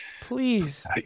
Please